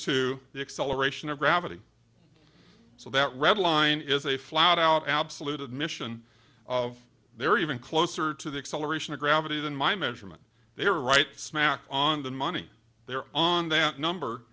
to the acceleration of gravity so that redline is a flat out absolute admission of their even closer to the acceleration of gravity than my measurement they were right smack on the money there on that number